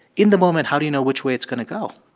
in the moment, how do you know which way it's going to go?